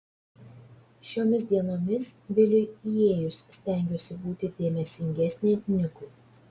šiomis dienomis viliui įėjus stengiuosi būti dėmesingesnė nikui